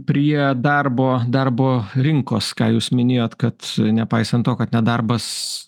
prie darbo darbo rinkos ką jūs minėjot kad nepaisant to kad nedarbas